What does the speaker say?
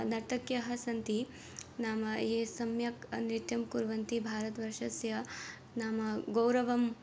नर्तक्यः सन्ति नाम ये सम्यक् अ नृत्यं कुर्वन्ति भारतवर्षस्य नाम गौरवं